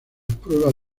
pruebas